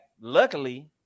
luckily